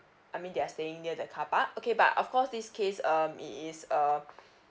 I mean they're staying near the car park okay but of course this case um it is uh